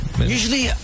Usually